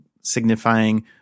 signifying